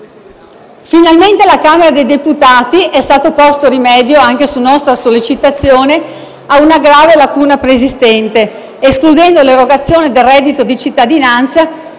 Finalmente alla Camera dei deputati è stato posto rimedio, anche su nostra sollecitazione, ad una grave lacuna preesistente, escludendo l'erogazione del reddito di cittadinanza